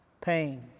pain